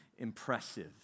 impressive